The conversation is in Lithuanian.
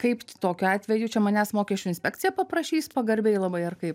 kaip tokiu atveju čia manęs mokesčių inspekcija paprašys pagarbiai labai ar kaip